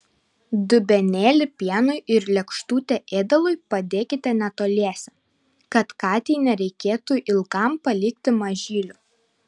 dubenėlį pienui ir lėkštutę ėdalui padėkite netoliese kad katei nereikėtų ilgam palikti mažylių